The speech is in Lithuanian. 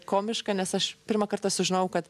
komiška nes aš pirmą kartą sužinojau kad